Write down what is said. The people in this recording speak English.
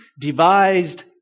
devised